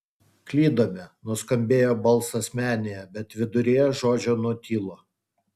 klydome nuskambėjo balsas menėje bet viduryje žodžio nutilo